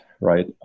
right